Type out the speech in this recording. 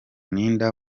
ntinda